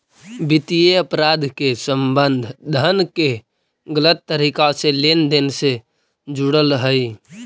वित्तीय अपराध के संबंध धन के गलत तरीका से लेन देन से जुड़ल हइ